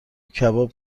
کباب